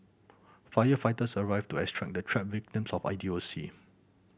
firefighters arrived to extract the trapped victims of idiocy